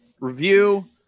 review